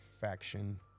faction